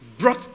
Brought